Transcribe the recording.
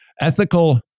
Ethical